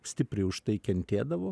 stipriai už tai kentėdavo